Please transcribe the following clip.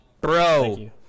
Bro